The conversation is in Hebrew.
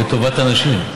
לטובת הנשים.